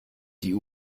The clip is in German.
die